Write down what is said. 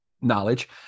Knowledge